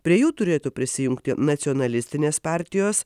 prie jų turėtų prisijungti nacionalistinės partijos